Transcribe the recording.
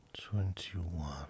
Twenty-one